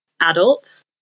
adults